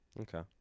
Okay